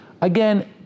Again